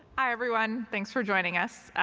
hi, everyone. thanks for joining us.